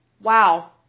wow